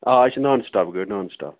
آ یہِ چھِ نان سِٹاپ گٲڑۍ نان سِٹاپ